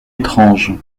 étrange